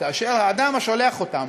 כאשר האדם השולח אותם,